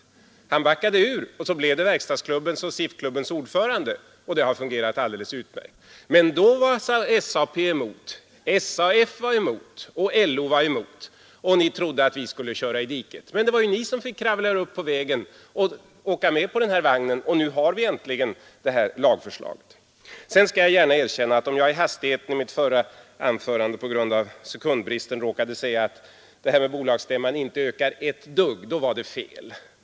Herr Hagnell backade ur, och så blev det verkstadsklubbens och SIF-klubbens ordförande, och det har fungerat alldeles utmärkt. Då var SAP, SAF och LO emot, och ni trodde att vi skulle köra i diket. Men det var ju ni som fick kravla er upp på vägen och åka med på den här vagnen, och nu har vi äntligen denna lag. Sedan skall jag gärna erkänna att om jag i hastigheten i mitt förra anförande på grund av sekundbristen råkade säga att det här med bolagsstämman inte ökar medinflytandet ett dugg, då var det fel.